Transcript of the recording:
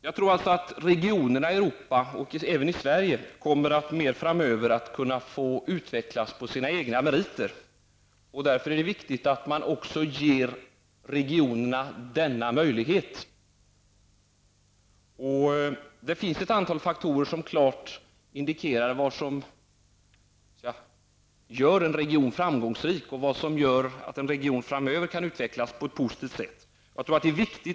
Jag tror alltså att regionerna i Europa och även regionerna i Sverige framöver i större utsträckning kommer att kunna utvecklas på sina egna meriter, och det är därför viktigt att man också ger regionerna denna möjlighet. Det finns ett antal faktorer som klart indikerar vad som gör en region framgångsrik och vad som gör att en region framöver kan utvecklas på ett positivt sätt.